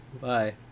Bye